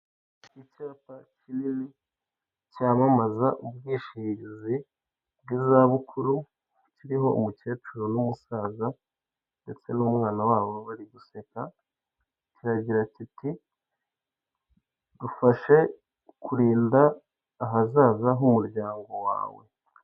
Icyapa kinini, cyamamaza ubwishingizi bw'izabukuru, kiriho umukecuru n'umusaza, ndetse n'umwana wabo, bari guseka, kiragira kiti, " Dufashe kurinda ahazaza h'umuryango wawe".